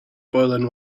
boiling